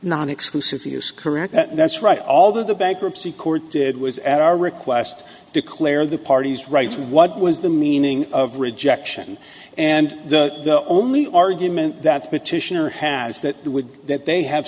non exclusive he is correct that's right although the bankruptcy court did was at our request declare the parties rights what was the meaning of rejection and the only argument that the petitioner has that they would that they have